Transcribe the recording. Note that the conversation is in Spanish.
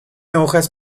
hojas